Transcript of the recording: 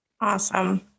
Awesome